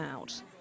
out